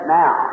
now